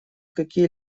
какие